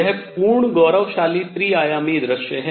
यह पूर्ण गौरवशाली त्रि आयामी दृश्य है